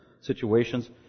situations